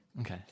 okay